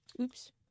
Oops